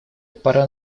пора